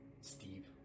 Steve